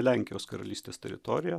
lenkijos karalystės teritorija